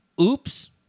Oops